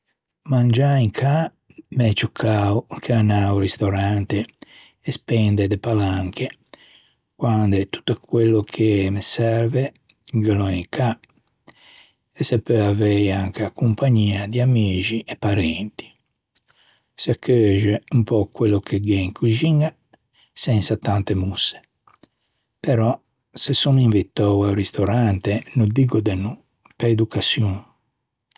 Mangiâ in cà m'é ciù cao che anâ a-o ristorante e spede de palanche quande tutto quello che me serve ghe l'ò in cà e se peu avei anche a compagnia di amixi e parenti. Se cheuxe quello che gh'é un pö in coxiña sensa tante mosse. Però se son invitou a-o ristorante, no diggo de no, pe educaçion.